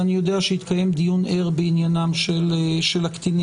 ואני יודע שהתקיים דיון ער בעניינים של הקטינים,